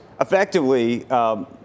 Effectively